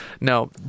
No